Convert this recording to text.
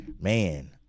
man